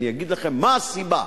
אני אגיד לכם מה הסיבה.